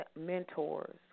mentors